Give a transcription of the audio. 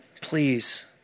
Please